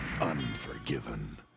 Unforgiven